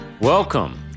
Welcome